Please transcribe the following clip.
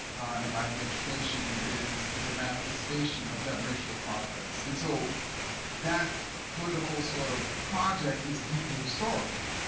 and my administration is is a manifestation of that racial progress. and so that political sort of project is deeply historical.